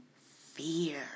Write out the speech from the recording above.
fear